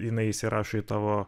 jinai įsirašo į tavo